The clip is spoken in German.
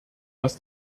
dass